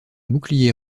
bouclier